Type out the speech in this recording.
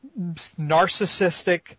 narcissistic